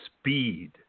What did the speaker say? speed